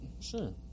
Sure